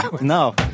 no